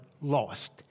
lost